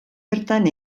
bertan